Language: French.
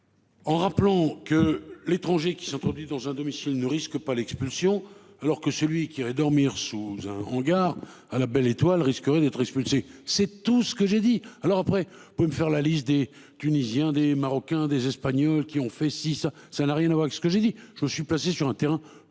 En rappelant que l'étranger qui sont dans un domicile ne risque pas l'expulsion, alors que celui qui irait dormir sous un hangar à la belle étoile risquerait d'être expulsés. C'est tout ce que j'ai dit alors après on peut me faire la liste des Tunisiens, des Marocains, des espagnols qui ont fait six. Ça n'a rien à voir que ce que j'ai dit je suis placé sur un terrain